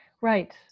Right